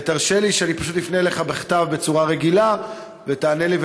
ותרשה לי שאני פשוט אפנה אליך בכתב בצורה רגילה ותענה לי,